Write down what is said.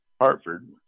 Hartford